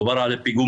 דובר על הפיגומים,